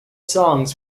songs